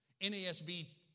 NASB